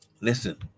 Listen